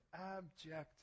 abject